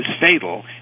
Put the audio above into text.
fatal